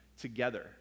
together